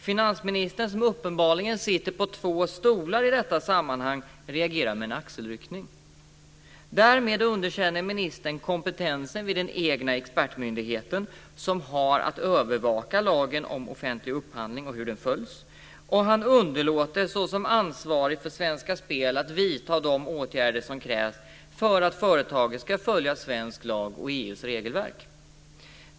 Finansministern, som uppenbarligen sitter på två stolar i detta sammanhang, reagerar med en axelryckning. Därmed underkänner ministern kompetensen vid den egna expertmyndigheten, som har att övervaka lagen om offentlig upphandling och hur den följs. Han underlåter också såsom ansvarig för Svenska Spel att vidta de åtgärder som krävs för att företaget ska följa svensk lag och EU:s regelverk.